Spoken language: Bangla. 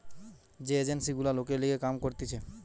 যে এজেন্সি গুলা লোকের লিগে কাম করতিছে